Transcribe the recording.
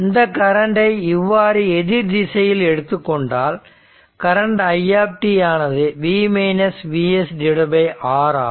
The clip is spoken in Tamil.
இந்த கரண்டை இவ்வாறு எதிர் திசையில் எடுத்துக்கொண்டால் கரண்ட் i ஆனது V Vs R ஆகும்